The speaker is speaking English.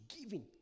giving